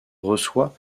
reçoit